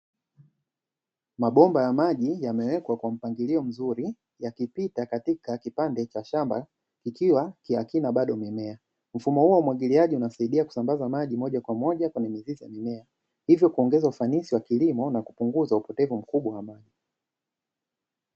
Mabomba ya maji yameawekwa kwa mpangilio mzuri, yakipita katika kipande cha shamba ikiwa hakina bado mimea. Mfumo huu wa umwagiliaji unasaidia kusambaza maji moja kwa moja kwenye mizizi ya mimea. Hivyo kuongeza ufanisi wa kilimo na kupunguza upotevu mkubwa wa maji.